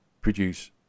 produce